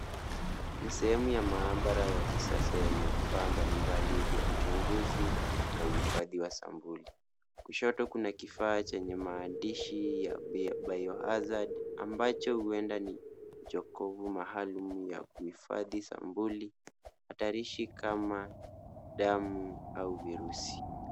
NI sehemu ya maabara ya akisasa yenye vifaa mbalimbali vya uchunguzi na uhifadhi wa sampuli. Kushoto kuna kifaa chenye maandishi ya bioharzard ambayo huendi ni jokofu maalum ya kuhifadhi sampuli hatarishi kama damu au virusi.